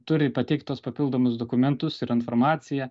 turi pateikt tuos papildomus dokumentus ir informaciją